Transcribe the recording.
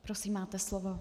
Prosím, máte slovo.